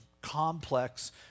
complex